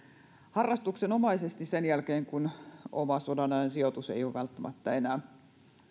harrastuksenomaisesti sen jälkeen kun oma sodanajan sijoitus ei ole välttämättä enää